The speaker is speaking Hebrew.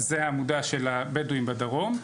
זו העמודה של הבדואים בדרום,